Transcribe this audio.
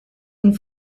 and